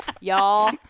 Y'all